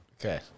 Okay